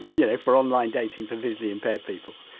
yeah for online dating for visually impaired people?